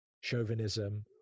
chauvinism